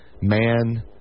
man